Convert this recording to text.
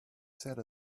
set